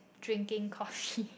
drinking coffee